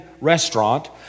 restaurant